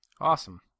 Awesome